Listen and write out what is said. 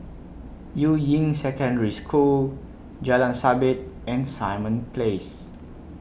Yuying Secondary School Jalan Sabit and Simon Place